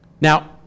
Now